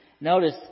Notice